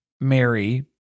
mary